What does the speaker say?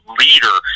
leader